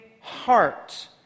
heart